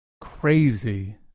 crazy